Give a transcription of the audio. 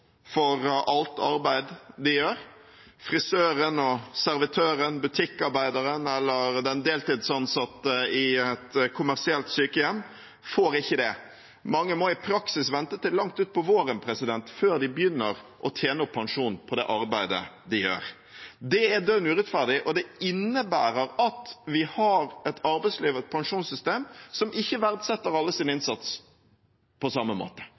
for alt arbeid de gjør. Frisøren, servitøren, butikkarbeideren og den deltidsansatte i et kommersielt sykehjem får ikke det. Mange må i praksis vente til langt utpå våren før de begynner å tjene opp pensjon for det arbeidet de gjør. Det er dønn urettferdig, og det innebærer at vi har et arbeidsliv og et pensjonssystem som ikke verdsetter alles innsats på samme måte.